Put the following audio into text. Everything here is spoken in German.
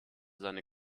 seine